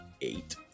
eight